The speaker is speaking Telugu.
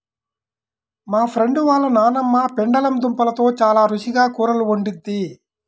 మా ఫ్రెండు వాళ్ళ నాన్నమ్మ పెండలం దుంపలతో చాలా రుచిగా కూరలు వండిద్ది